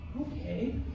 Okay